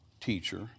teacher